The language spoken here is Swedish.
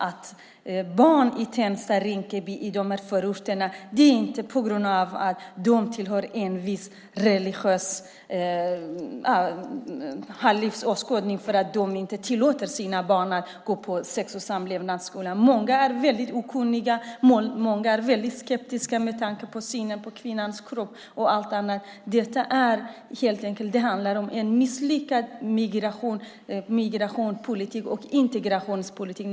Att föräldrar i Tensta, Rinkeby och andra förorter inte tillåter sina barn att gå på sex och samlevnadsundervisning beror inte på att de tillhör en viss religion eller livsåskådning. Många är väldigt okunniga, och många är väldigt skeptiska med tanke på synen på kvinnans kropp och allt annat. Det handlar helt enkelt om en misslyckad migrationspolitik och integrationspolitik.